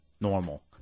normal